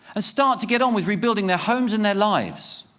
ah start to get on with rebuilding their homes and their lives.